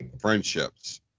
friendships